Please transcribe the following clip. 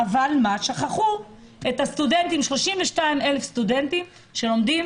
אבל שכחו את 32,000 הסטודנטים שלומדים